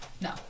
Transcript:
No